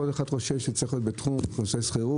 כל אחד חושש שהוא צריך נושא שכירות,